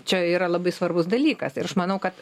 čia yra labai svarbus dalykas ir aš manau kad